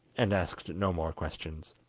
and asked no more questions.